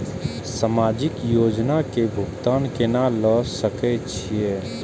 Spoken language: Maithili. समाजिक योजना के भुगतान केना ल सके छिऐ?